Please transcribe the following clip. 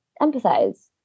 empathize